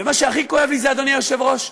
ומה שהכי כואב לי, אדוני היושב-ראש,